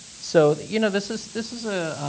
so, you know, this is this is a,